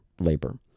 labor